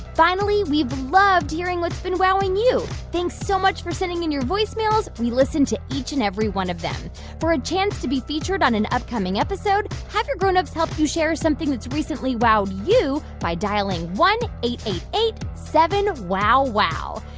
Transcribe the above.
finally, we've loved hearing what's been wowing you. thanks so much for sending in your voicemails. we listen to each and every one of them for a chance to be featured on an upcoming episode, have your grown-ups help you share something that's recently wowed you by dialing one eight hundred eight seven wow wow.